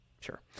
Sure